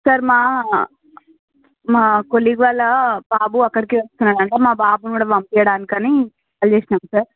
sir మా మా colleague వాళ్ళ బాబు అక్కడికే వస్తున్నాడు అంట మా బాబును కూడా పంపివ్వడానికి అని కాల్ చేసాం సార్